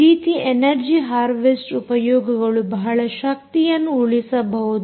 ಈ ರೀತಿ energy harvest ಉಪಯೋಗಗಳು ಬಹಳ ಶಕ್ತಿಯನ್ನು ಉಳಿಸಬಹುದು